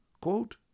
Quote